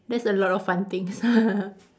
that's a lot of fun things